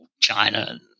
China